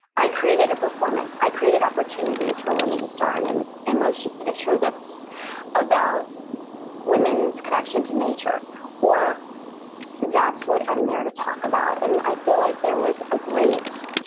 i created a performance. i created opportunities for women to star in a and and motion picture that's about women's connection to nature or that's what i'm there to talk about. and i feel like there was a great,